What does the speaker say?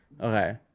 Okay